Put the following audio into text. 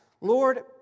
Lord